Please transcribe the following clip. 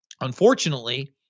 Unfortunately